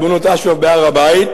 בהר-הבית,